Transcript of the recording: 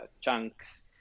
chunks